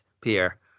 Pierre